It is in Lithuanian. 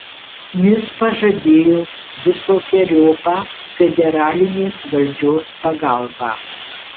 jis pažadėjo visokeriopą federalinės valdžios pagalbą